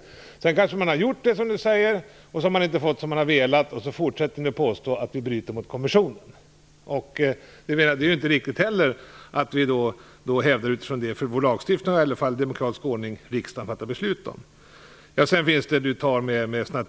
Men sedan har man kanske gjort detta och ändå inte fått som man velat. Och då fortsätter ni att påstå att vi bryter mot konventionen. Det är heller inte riktigt. Lagstiftaren, riksdagen, har i alla fall i demokratisk ordning fattat beslut. Jag vet inte om det kan